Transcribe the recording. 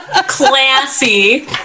Classy